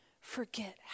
forget